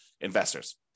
investors